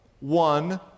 one